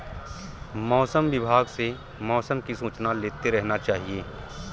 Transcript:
मौसम विभाग से मौसम की सूचना लेते रहना चाहिये?